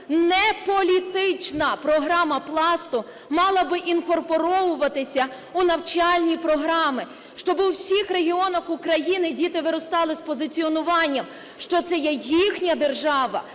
неполітична програма Пласту мала би інкорпоровуватися у навчальні програми, щоб в усіх регіонах України діти виростали з позиціонуванням, що це є їхня держава,